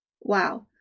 Wow